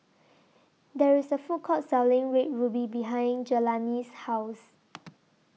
There IS A Food Court Selling Red Ruby behind Jelani's House